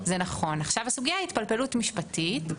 הסוגיה היא התפלפלות משפטית,